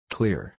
Clear